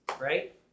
right